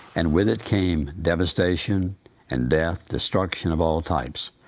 and with it came devastation and death, destruction of all types.